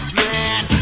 man